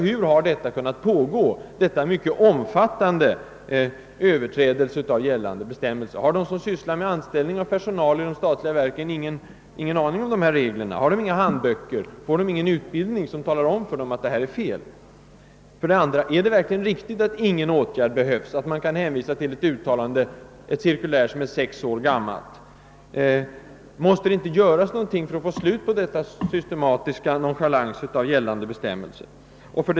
Hur kan dessa mycket omfattande överträdelser av gällande bestämmelser få pågå? Har de som sysslar med anställning av personal inom statliga verk ingen aning om reglerna? Har de inga handböcker och får de ingen utbildning som lär dem att detta är fel? 2. Är det verkligen riktigt att ingen åtgärd behövs? Räcker det med att hänvisa till ett cirkulär som är sex år gammalt? Måste det inte göras någonting för att få slut på detta systematiska nonchalerande av gällande bestämmelser?